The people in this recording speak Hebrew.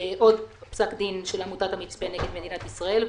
פסק דין של עמותת המצפה נגד מדינת ישראל,